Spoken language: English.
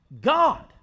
God